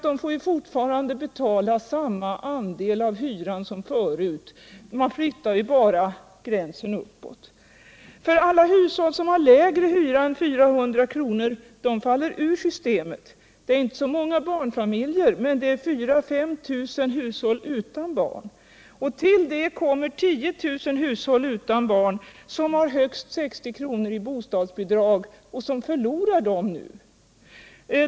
De får ju fortfarande betala samma andel av hyran som förut; man flyttar bara intervallet där bostadsstöd utgår uppåt. Alla hushåll som har lägre hyra än 400 kr. i månaden faller ur systemet. Det är inte så många barnfamiljer, men det är 4 000-5 000 hushåll utan barn. Till det kommer 10 000 hushåll utan barn som har högst 60 kr. i bostadsbidrag och som förlorar dessa pengar nu.